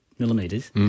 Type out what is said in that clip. Millimeters